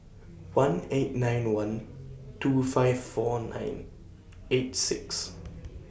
one eight nine one two five four nine eight six